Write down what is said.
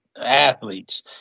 athletes